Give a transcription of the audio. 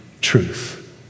truth